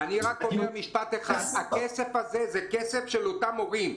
אני רק אומר משפט אחד: הכסף הזה זה כסף של אותם הורים.